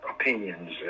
opinions